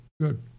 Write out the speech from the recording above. Good